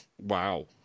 Wow